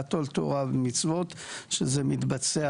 קבלת עול התורה והמצוות, שזה מתבצע